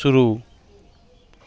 शुरू